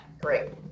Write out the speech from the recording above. Great